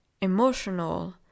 emotional